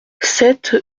sept